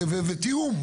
ותיאום,